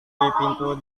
pintu